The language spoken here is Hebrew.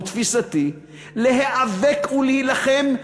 ותפיסתי, להיאבק ולהילחם.